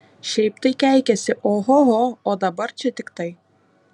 šiaip tai keikiasi ohoho o dabar čia tik tai